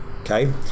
okay